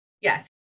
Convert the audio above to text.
yes